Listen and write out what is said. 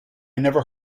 never